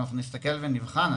אנחנו נסתכל ונבחן,